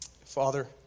Father